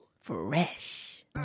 Fresh